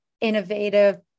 innovative